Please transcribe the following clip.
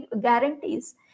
guarantees